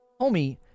homie